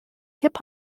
hip